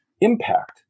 impact